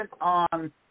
on